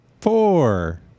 four